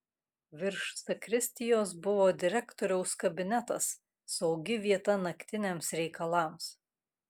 virš zakristijos buvo direktoriaus kabinetas saugi vieta naktiniams reikalams